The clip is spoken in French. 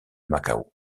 macao